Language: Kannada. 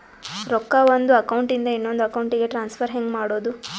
ರೊಕ್ಕ ಒಂದು ಅಕೌಂಟ್ ಇಂದ ಇನ್ನೊಂದು ಅಕೌಂಟಿಗೆ ಟ್ರಾನ್ಸ್ಫರ್ ಹೆಂಗ್ ಮಾಡೋದು?